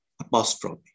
apostrophe